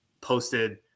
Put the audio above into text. posted